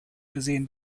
gesehen